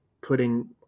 putting